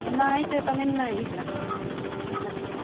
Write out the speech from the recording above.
नहीं तो इतने में नहीं बा मछली